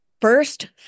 First